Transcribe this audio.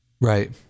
Right